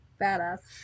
Badass